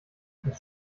das